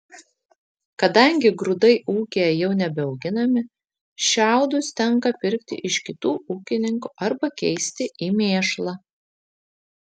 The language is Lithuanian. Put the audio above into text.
kadangi grūdai ūkyje jau nebeauginami šiaudus tenka pirkti iš kitų ūkininkų arba keisti į mėšlą